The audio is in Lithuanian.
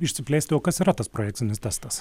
išsiplėsti o kas yra tas projekcinis testas